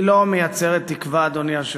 היא לא מייצרת תקווה, אדוני היושב-ראש.